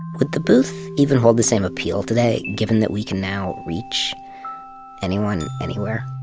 would the booth even hold the same appeal today given that we can now reach anyone, anywhere?